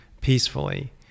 peacefully